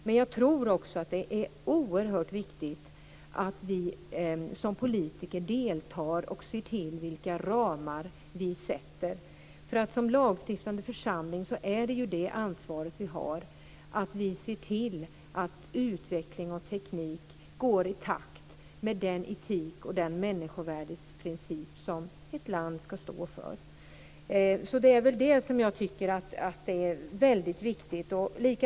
Men det är oerhört viktigt att vi som politiker deltar och ser till vilka ramar vi sätter. Det är det ansvar som riksdagen har som lagstiftande församling. Vi måste se till att utveckling och teknik går i takt med den etik och den princip om människovärdet som ett land skall stå för. Det tycker jag är väldigt viktigt.